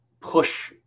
push